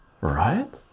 right